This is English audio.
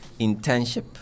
internship